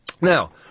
Now